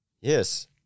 Yes